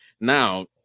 Now